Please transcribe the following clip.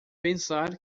pensar